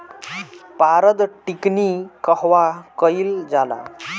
पारद टिक्णी कहवा कयील जाला?